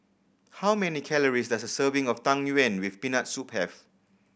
how many calories does a serving of Tang Yuen with Peanut Soup have